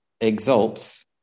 exalts